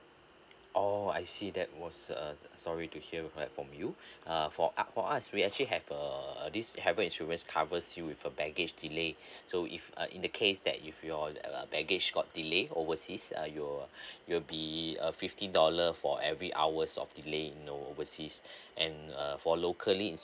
oh oh I see that was uh sorry to hear that from you uh for up for us we actually have err this have a insurance covers you with a baggage delay so if uh in the case that if you're uh baggage got delay overseas uh you'll be a fifty dollar for every hours of delay know overseas and err for locally is